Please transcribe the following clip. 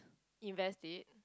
invest it